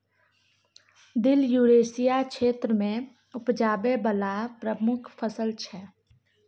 दिल युरेसिया क्षेत्र मे उपजाबै बला प्रमुख फसल छै